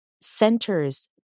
centers